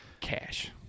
Cash